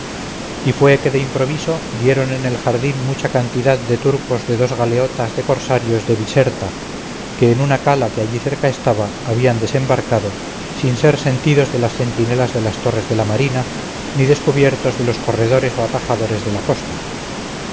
y fue que de improviso dieron en el jardín mucha cantidad de turcos de dos galeotas de cosarios de biserta que en una cala que allí cerca estaba habían desembarcado sin ser sentidos de las centinelas de las torres de la marina ni descubiertos de los corredores o atajadores de la costa